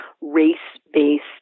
race-based